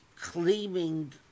claiming